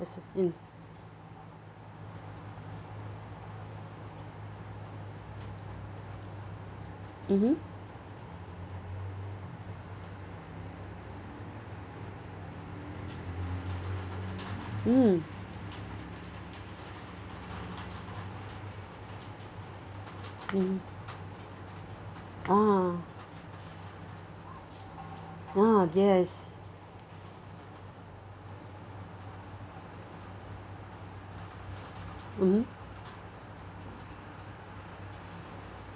as in mmhmm mm mm ah ya yes mmhmm